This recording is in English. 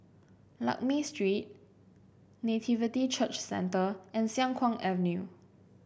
Lakme Street Nativity Church Centre and Siang Kuang Avenue